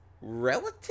Relative